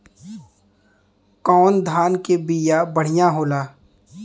कौन धान के बिया बढ़ियां होला?